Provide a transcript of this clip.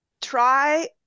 try